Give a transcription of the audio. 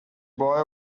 boy